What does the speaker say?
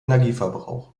energieverbrauch